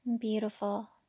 Beautiful